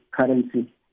currency